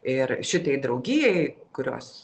ir šitai draugijai kurios